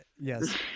Yes